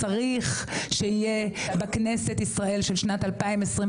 צריך שיהיה בכנסת ישראל של שנת 2023,